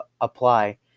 apply